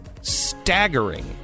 staggering